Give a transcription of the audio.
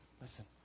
Listen